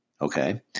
Okay